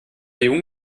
jungen